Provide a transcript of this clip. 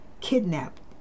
kidnapped